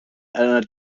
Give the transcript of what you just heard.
and